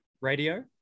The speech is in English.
radio